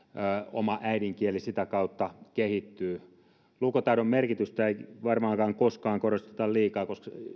oma äidinkieli sitä kautta kehittyy lukutaidon merkitystä ei varmaankaan koskaan korosteta liikaa